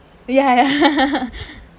ya